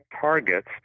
targets